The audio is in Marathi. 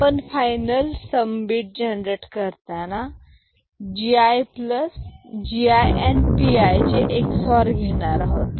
आपण फायनल सम बीट जनरेट करताना Gi and Pi चे XOR घेणार आहोत